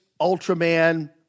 Ultraman